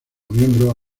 miembro